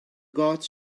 gods